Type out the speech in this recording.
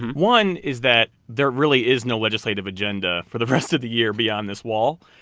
one is that there really is no legislative agenda for the rest of the year beyond this wall,